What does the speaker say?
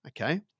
okay